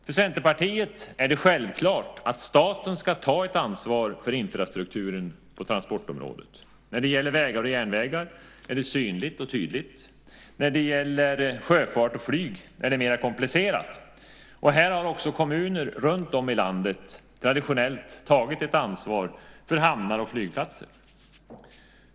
För Centerpartiet är det självklart att staten ska ta ett ansvar för infrastrukturen på transportområdet. När det gäller vägar och järnvägar är det synligt och tydligt. När det gäller sjöfart och flyg är det mera komplicerat, och här har kommuner runtom i landet traditionellt tagit ett ansvar för hamnar och flygplatser.